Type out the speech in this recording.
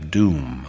doom